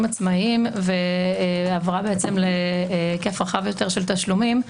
עצמאים ועברה להיקף רחב יותר של תשלומים.